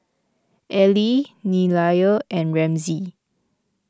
Allie Nelia and Ramsey